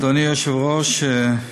אדוני היושב-ראש,